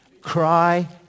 Cry